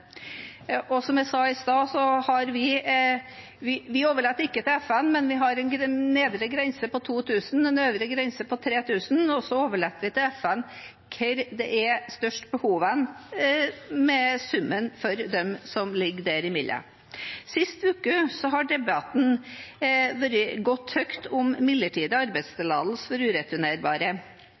nærområdet. Som jeg sa i stad, overlater vi det ikke til FN, men vi har en nedre grense på 2 000 og en øvre grense på 3 000, og så overlater vi til FN å vurdere hvor det er størst behov for summen som ligger der imellom. Sist uke har debatten gått høyt om midlertidig arbeidstillatelse for ureturnerbare.